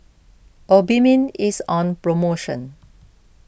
Obimin is on promotion